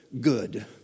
good